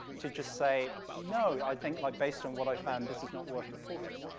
to just say, no, i think, like, based on what i've found, this is not worth reporting,